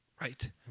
Right